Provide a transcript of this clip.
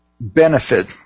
benefit